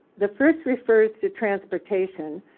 the first refers to transportation,